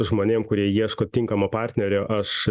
žmonėm kurie ieško tinkamo partnerio aš